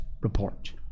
report